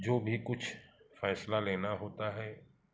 जो भी कुछ फ़ैसला लेना होता है